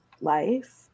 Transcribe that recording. life